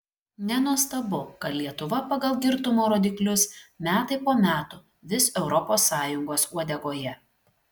nenuostabu kad lietuva pagal girtumo rodiklius metai po metų vis europos sąjungos uodegoje